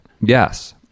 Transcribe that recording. Yes